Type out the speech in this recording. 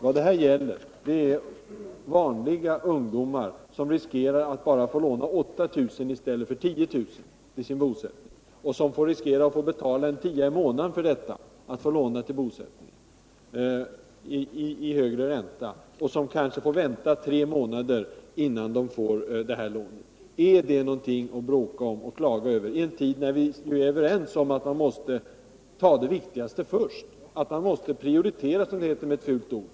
Vad det här gäller är vanliga ungdomar som riskerar att bara få låna 8 000 i stället för 10 000 kr. till sin bosättning, att få betala en tia i månaden i högre ränta för detta lån och kanske att få vänta i tre månader innan de får lånet. Är det någonting att bråka om och klaga över, i en tid när vi är överens om att vi måste ta det viktigaste först, att vi måste prioritera, Som det heter med ett fult ord?